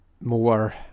more